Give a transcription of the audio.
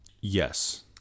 yes